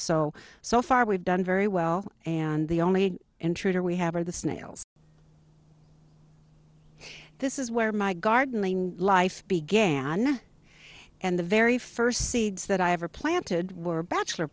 so so far we've done very well and the only intruder we have are the snails this is where my gardening life began and the very first seeds that i ever planted were bachelor